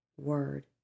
word